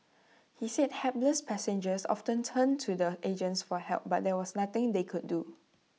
he said hapless passengers often turned to the agents for help but there was nothing they could do